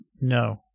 No